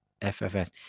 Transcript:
FFS